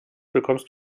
bekommst